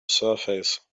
surface